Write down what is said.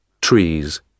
trees